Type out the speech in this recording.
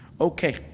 Okay